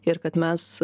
ir kad mes